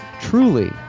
truly